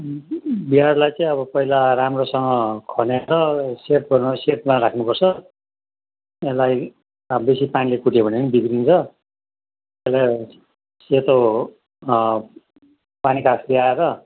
बियाडलाई चाहिँ अब पहिला राम्रोसँग खनेर सेट गर्नु सेडमा राख्नु पर्छ यसलाई अब बेसी पानीले कुट्यो भने नि बिग्रिन्छ यसलाई सेतो पानीकागज ल्याएर